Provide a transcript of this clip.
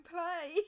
Play